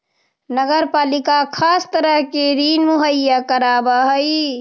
नगर पालिका खास तरह के ऋण मुहैया करावऽ हई